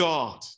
God